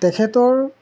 তেখেতৰ